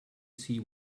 see